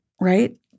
Right